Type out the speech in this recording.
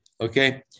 Okay